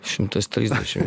šimtas trisdešim